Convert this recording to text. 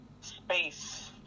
space